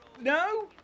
No